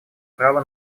права